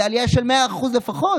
זה עלייה של 100% לפחות.